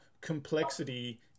complexity